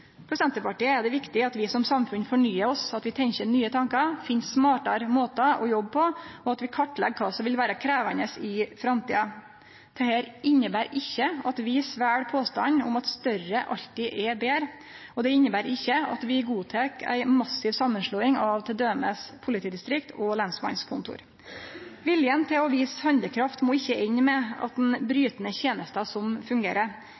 For Senterpartiet er det viktig at vi som samfunn fornyar oss, at vi tenkjer nye tankar, finn smartare måtar å jobbe på og at vi kartlegg kva som vil vere krevjande i framtida. Dette inneber ikkje at vi svelgjer påstanden om at større alltid er betre, og det inneber ikkje at vi godtek ei massiv samanslåing av t.d. politidistrikt og lensmannskontor. Viljen til å vise handlekraft må ikkje ende med at ein bryt ned tenester som fungerer.